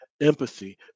empathy